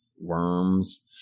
worms